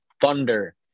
Thunder